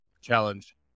challenge